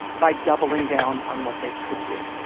by doubling down on what they could do,